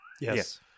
Yes